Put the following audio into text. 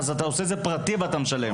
אז אתה עושה את זה פרטי ואתה משלם.